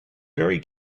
very